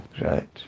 right